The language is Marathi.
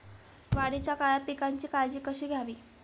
वाढीच्या काळात पिकांची काळजी कशी घ्यावी?